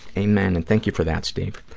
amen, and thank you for that, steve.